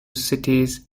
cities